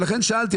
ולכן שאלתי,